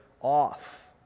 off